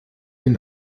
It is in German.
den